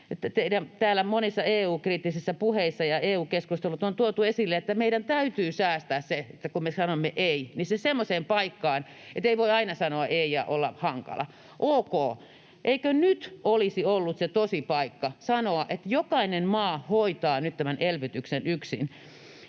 monet EU-kriittiset puheet ja EU-keskustelut, joissa on tuotu esille, että meidän täytyy säästää se, että sanomme ”ei”, semmoiseen paikkaan, koska ei voi aina sanoa ”ei” ja olla hankala. Ok. Eikö nyt olisi ollut se tosipaikka sanoa, että jokainen maa hoitaa nyt tämän elvytyksen yksin?